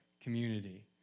community